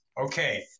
Okay